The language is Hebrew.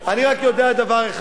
אני רק יודע דבר אחד,